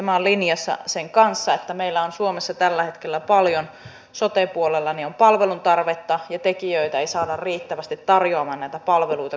tämä on linjassa sen kanssa että meillä on suomessa tällä hetkellä paljon sote puolella palvelutarvetta ja tekijöitä ei saada riittävästi tarjoamaan näitä palveluita kansalaisille